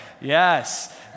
Yes